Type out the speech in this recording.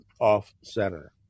Off-Center